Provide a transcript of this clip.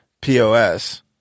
pos